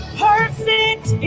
perfect